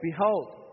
Behold